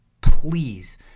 please